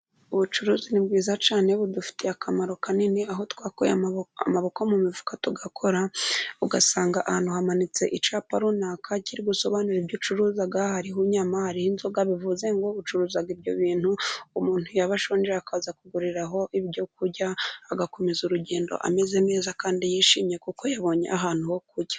Ubucuruzi ni bwiza cyane budufitiye akamaro kanini, aho twakuye amaboko mu mifuka tugakora. Ugasanga ahantu hamanitse icyapa runaka kirigusobanura ibyo ucuruza, hariho inyama, hari inzoga, bivuze ngo bucuruza ibyo bintu. Umuntu yaba ashonje akaza kuguriraho ibyo kurya, agakomeza urugendo ameze neza kandi yishimye, kuko yabonye ahantu ho kurya.